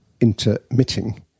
intermitting